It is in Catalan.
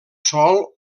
sol